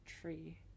tree